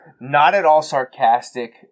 not-at-all-sarcastic